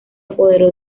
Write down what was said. apoderó